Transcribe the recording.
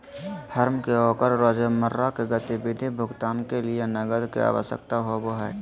firm के ओकर रोजमर्रा के गतिविधि भुगतान के लिये नकद के आवश्यकता होबो हइ